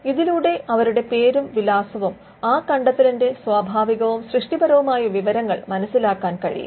ഇതിലൂടെ അവരുടെ പേരും വിലാസവും ആ കണ്ടത്തലിന്റെ സ്വാഭാവികവും സൃഷ്ടിപരവുമായ വിവരങ്ങൾ മനസ്സിലാക്കാൻ കഴിയും